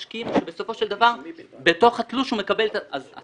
משקיעים או שבתוך התלוש הוא מקבל בסופו של דבר...